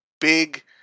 big